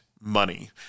money